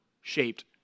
shaped